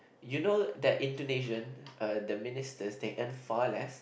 you know that Indonesian uh the ministers they earn far less